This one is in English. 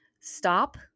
stop